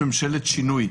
ממשלת שינוי,